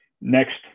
next